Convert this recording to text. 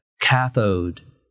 cathode